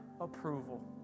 approval